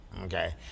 okay